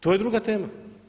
To je druga tema.